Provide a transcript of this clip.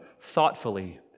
thoughtfully